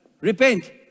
Repent